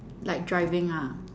like driving ah